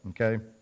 okay